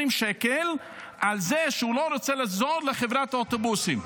שקלים על זה שהוא לא רוצה לעזור לחברת האוטובוסים.